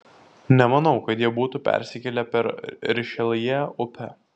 nemanau kad jie būtų persikėlę per rišeljė upę